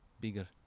bigger